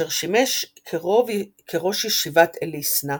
אשר שימש כראש ישיבת אליסנה,